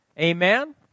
amen